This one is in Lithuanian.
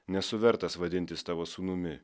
nesu vertas vadintis tavo sūnumi